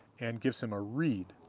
and gives him a reed.